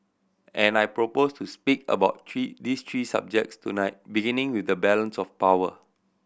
and I propose to speak about three these three subjects tonight beginning with the balance of power